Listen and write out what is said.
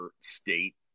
state